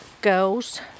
girls